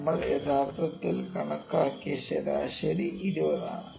നമ്മൾ യഥാർത്ഥത്തിൽ കണക്കാക്കിയ ശരാശരി 20 ആണ്